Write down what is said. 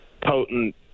potent